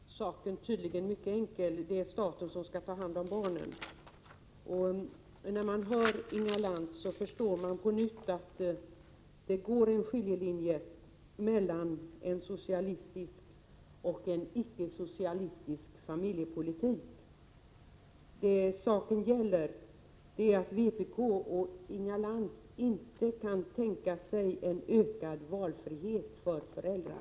Herr talman! För Inga Lantz är saken tydligen mycket enkel: det är staten som skall ta hand om barnen. När jag hör Inga Lantz förstår jag på nytt att det går en skiljelinje mellan en socialistisk och en icke-socialistisk familjepolitik. Det saken gäller är att vpk och Inga Lantz inte kan tänka sig en ökad valfrihet för föräldrar.